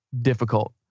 difficult